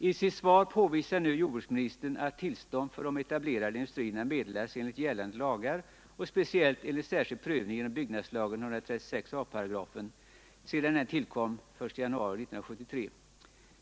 I sitt svar påvisar nu jordbruksministern att tillstånd för'de etablerade industrierna meddelats enligt gällande lagar och speciellt enligt särskild prövning genom byggnadslagen 136 a §, sedan den tillkom den 1 januari 1973.